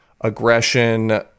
aggression